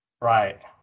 Right